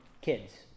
kids